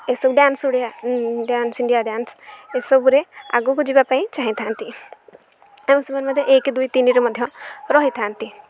ଏସବୁ dance Odia dance India dance ଏସବୁରେ ଆଗକୁ ଯିବା ପାଇଁ ଚାହିଁଥାନ୍ତି ଆଉ ସେମାନେ ମଧ୍ୟ ଏକ ଦୁଇ ତିନିରେ ମଧ୍ୟ ରହିଥାନ୍ତି